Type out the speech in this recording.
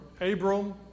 Abram